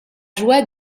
joie